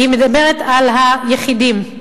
מדברת על היחידים.